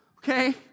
Okay